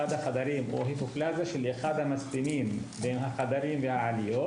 החדרים או היפופלזיה של אחד המסתמים בין החדרים והעליות,